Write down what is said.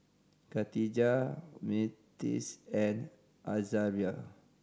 Kadijah Myrtis and Azaria